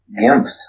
Gimps